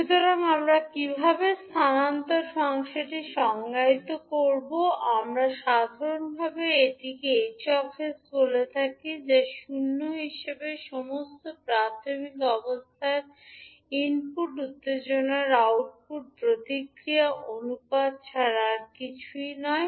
সুতরাং আমরা কীভাবে স্থানান্তর ফাংশনটি সংজ্ঞায়িত করব আমরা সাধারণত এটিকে 𝐻 𝑠 বলে থাকি যা শূন্য হিসাবে সমস্ত প্রাথমিক অবস্থার সাথে ইনপুট উত্তেজনায় আউটপুট প্রতিক্রিয়া অনুপাত ছাড়া আর কিছুই নয়